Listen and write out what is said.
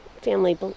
family